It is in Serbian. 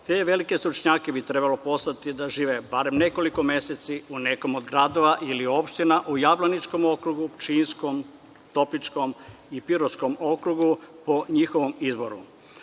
Te velike stručnjake bi trebalo poslati da žive barem nekoliko meseci u nekom od gradova ili opština u Jablaničkom, Pčinjskom, Topličkom i Pirotskom okrugu, po njihovom izboru.